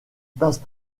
passe